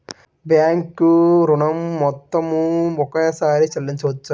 Bank ఋణం మొత్తము ఒకేసారి చెల్లించవచ్చా?